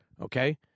okay